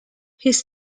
his